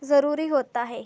ज़रूरी होता है